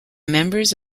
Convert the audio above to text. members